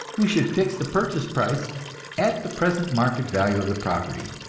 we should fix the purchase price at the present market value of the property,